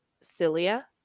Cilia